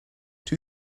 two